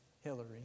Hillary